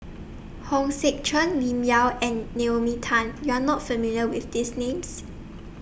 Hong Sek Chern Lim Yau and Naomi Tan YOU Are not familiar with These Names